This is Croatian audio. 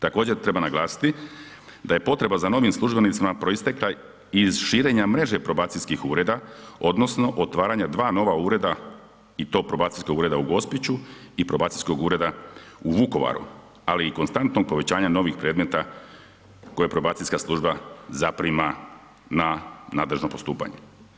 Također treba naglasiti da je potreba za novim službenicima proistekla iz širenja mreže probacijskih ureda odnosno otvaranja dva nova ureda i to probacijskog ureda u Gospiću i probacijskog ureda u Vukovaru ali i konstantno povećanje novih predmeta koje probacijska služba zaprima n nadležno postupanje.